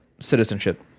citizenship